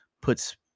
puts